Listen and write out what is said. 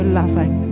loving